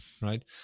right